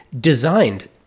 designed